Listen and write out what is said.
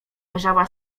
leżała